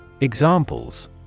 Examples